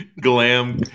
glam